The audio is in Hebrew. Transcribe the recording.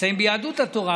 שנמצאים ביהדות התורה,